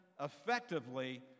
effectively